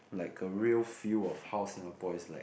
like a real feel of how Singapore is like